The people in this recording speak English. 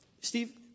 Steve